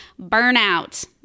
burnout